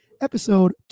Episode